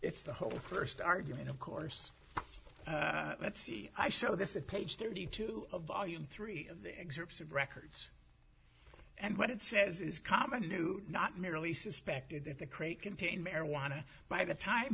it's the whole first argument of course let's see i show this at page thirty two a volume three of the eggs are absent records and what it says is common to do not merely suspected that the crate contain marijuana by the time